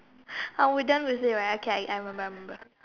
oh we're done with it right okay I I remember